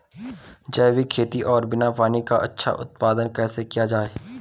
जैविक खेती और बिना पानी का अच्छा उत्पादन कैसे किया जाए?